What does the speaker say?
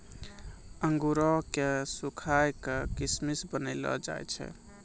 अंगूरो क सुखाय क किशमिश बनैलो जाय छै